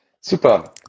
super